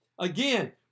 Again